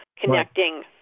connecting